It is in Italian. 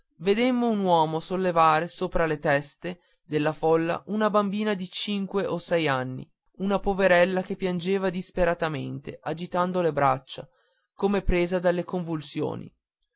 vedemmo un uomo sollevare sopra le teste della folla una bambina di cinque o sei anni una poverella che piangeva disperatamente agitando le braccia come presa dalle convulsioni